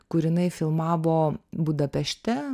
kur jinai filmavo budapešte